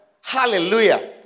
Hallelujah